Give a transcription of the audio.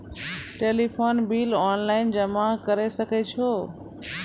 Telephone bill online जमा करै सकै छौ?